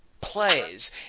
plays